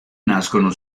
nascono